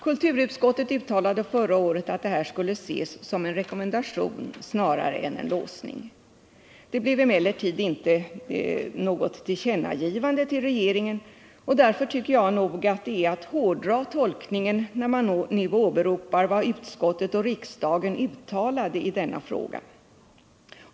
Kulturutskottet uttalade förra året att det här skulle ses som en rekommendation snarare än en låsning. Det blev emellertid inte något tillkännagivande till regeringen, och därför tycker jag nog att det är att hårdra tolkningen när man nu åberopar vad utskottet och riksdagen uttalade i denna fråga.